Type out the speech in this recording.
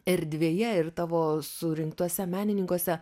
erdvėje ir tavo surinktuose menininkuose